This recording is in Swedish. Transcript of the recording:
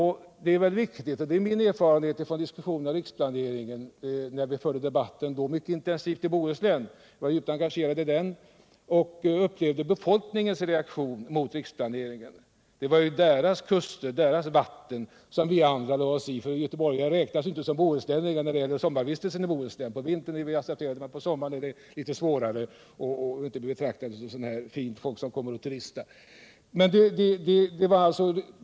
I det sammanhanget vill jag åberopa mina erfarenheter från den intensiva debatten om riksplaneringen när det gällde Bohuslän som jag var engagerad i. Det är här intressant att notera befolkningens reaktion mot riksplaneringen. Bohuslänningarna tyckte att det var deras kuster och deras vatten som vi andra lade oss i. Göteborgarna räknas ju inte som bohuslänningar när det gäller sommarvistelsen i Bohuslän — på vintern är vi accepterade, men på sommaren betraktas vi som något slags fint folk som kommer och turistar.